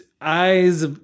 eyes